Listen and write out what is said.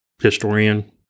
historian